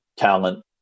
talent